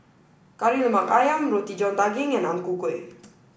Kari Lemak Ayam Roti John Daging and Ang Ku Kueh